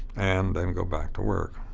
and then go back to work.